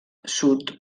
sud